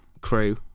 crew